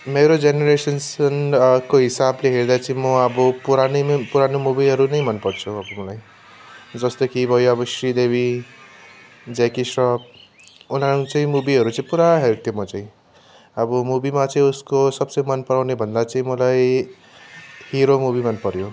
मेरो जेनेरेसन्स को हिसाबले हेर्दा चाहिँ म अब पुरानोमै पुरानो मुभीहरू नै मनपर्छ अब मलाई जस्तै कि भयो अब श्रीदेवी ज्याकी श्रफ उनीहरूको चाहिँ मुभीहरू चाहिँ पुरा हेर्थेँ म चाहिँ अब मुभीमा चाहिँ उसको सबसे मन पराउनेभन्दा चाहिँ मलाई हिरो मुभी मन पर्यो